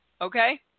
Okay